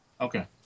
Okay